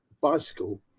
bicycle